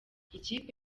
ikipe